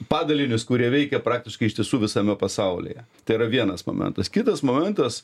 padalinius kurie veikia praktiškai iš tiesų visame pasaulyje tai yra vienas momentas kitas momentas